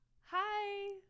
hi